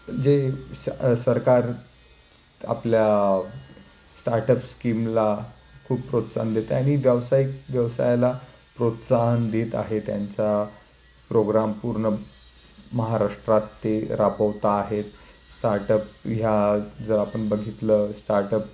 जे स सरकार आपल्या स्टार्टअप स्कीमला खूप प्रोत्साहन देत आणि व्यावसायिक व्यवसायाला प्रोत्साहन देत आहे त्यांचा प्रोग्राम पूर्ण महाराष्ट्रात ते राबवता आहेत स्टार्टअप ह्या जर आपण बघितलं स्टार्टअप